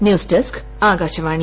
news desk Akashvani